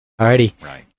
Alrighty